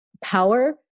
power